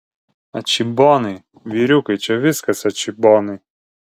atšybonai vyriukai čia viskas atšybonai